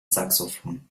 saxophon